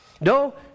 No